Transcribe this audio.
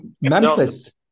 Memphis